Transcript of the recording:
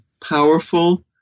powerful